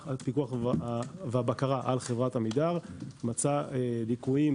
לפיקוח ובקרה על חברת עמידר ומצא ליקויים,